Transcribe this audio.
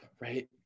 right